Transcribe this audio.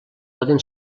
poden